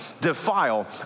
defile